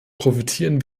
profitieren